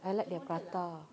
I like their prata